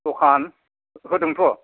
दखान होदोंथ'